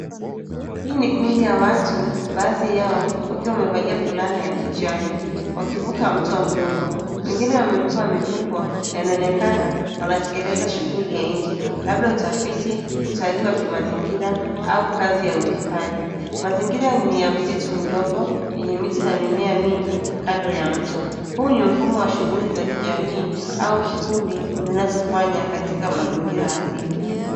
Hii ni kundi ya watu, baadhi yao wakiwa wamevalia fulana ya kijani, wakivuka mto mdogo. Wengine wamebeba mifuko na inaonekana wanatekeleza shughuli ya nje, labda utafiti, utalii wa kimazingira au kazi ya uhifadhi. Mazingira ni ya msitu mdogo yenye miti na mimea mingi kando ya mto. Huu ni mfumo wa shughuli za kijamii au kikundi zinazofanya katika mazingira asili.